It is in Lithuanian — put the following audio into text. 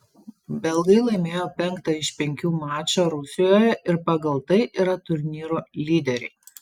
belgai laimėjo penktą iš penkių mačą rusijoje ir pagal tai yra turnyro lyderiai